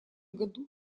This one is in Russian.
году